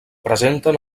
presenten